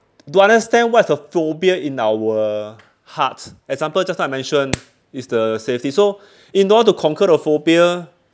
to understand what's a phobia in our hearts example just now I mention is the safety so in order to conquer the phobia